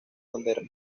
donde